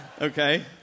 Okay